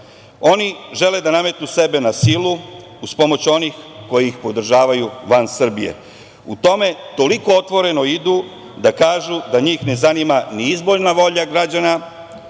Oni žele da nametnu sebe na silu, uz pomoć onih koji ih podržavaju van Srbije. U tom toliko otvoreno idu da kažu da njih ne zanima ni izborna volja građana